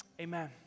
Amen